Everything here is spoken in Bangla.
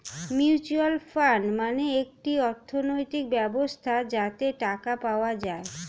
মিউচুয়াল ফান্ড মানে একটি অর্থনৈতিক ব্যবস্থা যাতে টাকা পাওয়া যায়